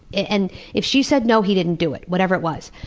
and if she said no, he didn't do it, whatever it was.